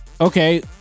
okay